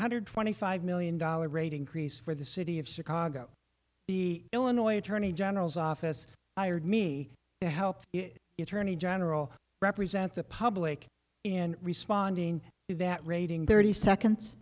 hundred twenty five million dollars rate increase for the city of chicago the illinois attorney general's office ired me to help you tourney general represent the public in responding to that rating thirty seconds